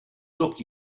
look